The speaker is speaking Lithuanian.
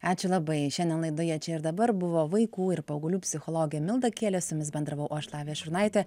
ačiū labai šiandien laidoje čia ir dabar buvo vaikų ir paauglių psichologė milda kielė su jumis bendravau aš lavija šurnaitė